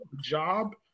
job